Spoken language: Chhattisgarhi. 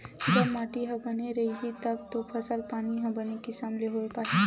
जब माटी ह बने रइही तब तो फसल पानी ह बने किसम ले होय पाही